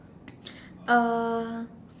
uh